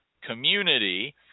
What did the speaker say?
community